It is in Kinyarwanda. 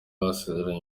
basezeranye